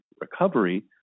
recovery